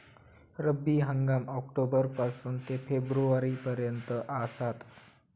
रब्बी हंगाम ऑक्टोबर पासून ते फेब्रुवारी पर्यंत आसात